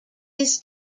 his